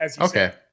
okay